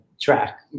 track